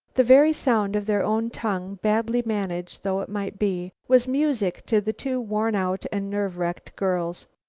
the very sound of their own tongue, badly managed though it might be, was music to the two worn out and nerve-wrecked girls.